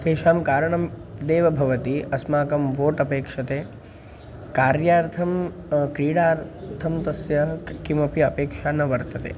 तेषां कारणं देव भवति अस्माकं वोट् अपेक्षते कार्यार्थं क्रीडार्थं तस्य किमपि अपेक्षा न वर्तते